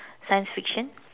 science fiction